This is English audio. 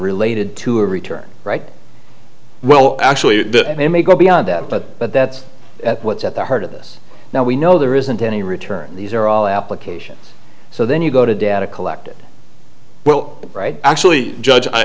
related to a return right well actually it may go beyond that but but that's what's at the heart of this now we know there isn't any return these are all applications so then you go to data collected well actually judge i